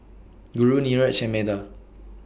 Guru Niraj and Medha